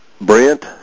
Brent